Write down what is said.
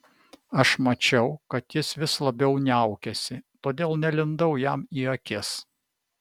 aš mačiau kad jis vis labiau niaukiasi todėl nelindau jam į akis